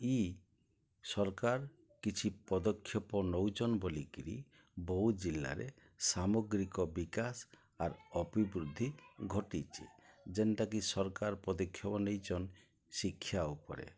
ଇ ସରକାର୍ କିଛି ପଦକ୍ଷେପ ନଉଚନ୍ ବୋଲିକିରି ବୌଦ୍ଧ୍ ଜିଲ୍ଲାରେ ସାମଗ୍ରିକ ବିକାଶ୍ ଆର୍ ଅବିବୃଦ୍ଧି ଘଟିଛେ ଯେନ୍ଟାକି ସର୍କାର୍ ପଦକ୍ଷେପ ନେଇଚନ୍ ଶିକ୍ଷା ଉପରେ